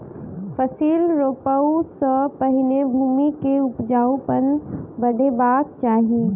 फसिल रोपअ सॅ पहिने भूमि के उपजाऊपन बढ़ेबाक चाही